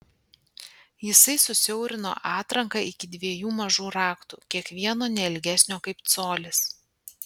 jisai susiaurino atranką iki dviejų mažų raktų kiekvieno ne ilgesnio kaip colis